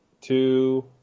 two